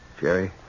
Jerry